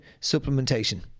supplementation